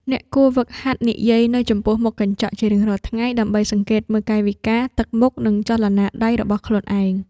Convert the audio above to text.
អ្នកគួរហ្វឹកហាត់និយាយនៅចំពោះមុខកញ្ចក់ជារៀងរាល់ថ្ងៃ ដើម្បីសង្កេតមើលកាយវិការ ទឹកមុខ និងចលនាដៃរបស់ខ្លួនឯង។